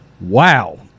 Wow